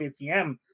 ACM